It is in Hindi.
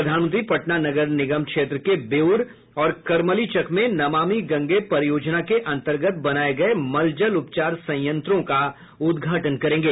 प्रधानमंत्री पटना नगर निगम क्षेत्र के बेउर और करमलीचक में नमामि गंगे परियोजना के अंतर्गत बनाये गये मलजल उपचार संयंत्रों का उद्घाटन करेंगे